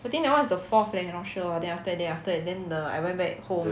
I think that [one] is the fourth leh I not sure but then after that then after that then the I went back home